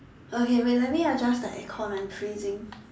okay wait let me adjust the aircon I'm freezing